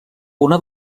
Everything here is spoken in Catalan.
una